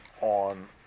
on